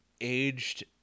aged